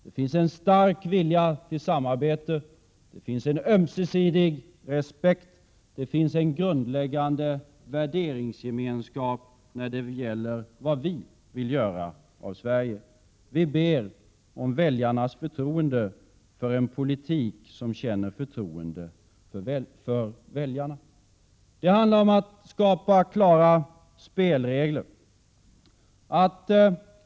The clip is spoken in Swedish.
Det finns en stark vilja till samarbete, en ömsesidig respekt och en grundläggande värderingsgemenskap när det gäller vad vi vill göra av Sverige. Vi ber om väljarnas förtroende för en politik där man känner förtroende för väljarna. Det handlar om att skapa klara spelregler.